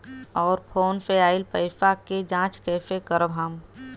और फोन से आईल पैसा के जांच कैसे करब हम?